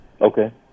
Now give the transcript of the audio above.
Okay